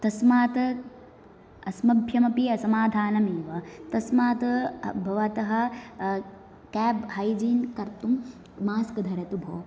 तस्मात् अस्मभ्यमपि असमाधानम् एव तस्मात् भवतः केब् हैजिन् कर्तुं मास्क् धरतु भोः